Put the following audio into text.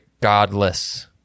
godless